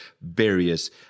various